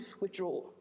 withdraw